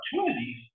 opportunities